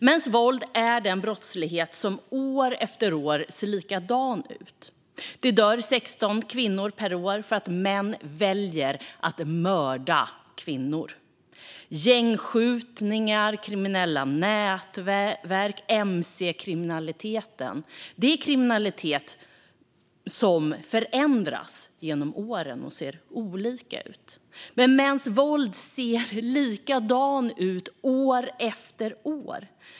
Mäns våld mot kvinnor är den brottslighet som år efter år ser likadan ut. Det dör 16 kvinnor per år för att män väljer att mörda kvinnor. Gängskjutningar, kriminella nätverk och mc-kriminalitet är kriminalitet som förändras genom åren och ser olika ut. Men mäns våld mot kvinnor ser likadant ut år efter år.